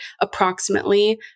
approximately